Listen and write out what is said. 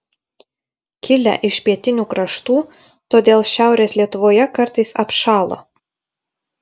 kilę iš pietinių kraštų todėl šiaurės lietuvoje kartais apšąla